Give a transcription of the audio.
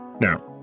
Now